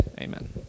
Amen